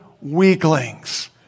weaklings